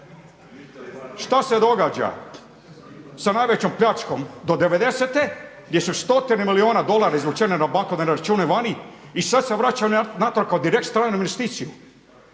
Šta se događa sa najvećom pljačkom do devedesete gdje su stotine milijuna dolara izvučene na bankovne račune vani i sad se vraćaju natrag direkt stranu investiciju.